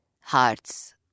Hearts